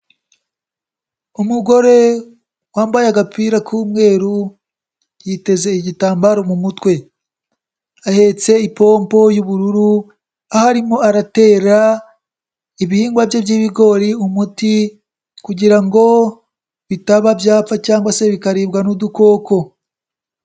Umugore wambaye agapira k'umweru yiteze igitambaro mu mutwe, ahetse ipompo y'ubururu aho arimo aratera ibihingwa bye by'ibigori umuti kugira ngo bitaba byapfa cyangwa se bikaribwa n'udukoko.